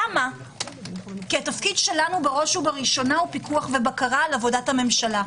למה כי התפקיד שלנו בראש ובראשונה הוא פיקוח ובקרה על עבודת הממשלה.